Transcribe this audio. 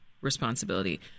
responsibility